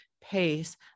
pace